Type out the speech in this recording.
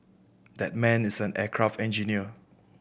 that man is an aircraft engineer